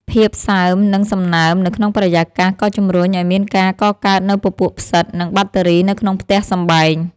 ភាពសើម និងសំណើមនៅក្នុងបរិយាកាសក៏ជម្រុញឱ្យមានការកកើតនូវពពួកផ្សិត និងបាក់តេរីនៅក្នុងផ្ទះសម្បែង។